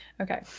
Okay